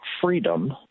Freedom